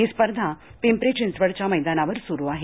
ही स्पर्धा पिंपरी चिंचवडच्या मैदानावर स्रु आहे